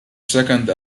second